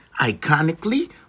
Iconically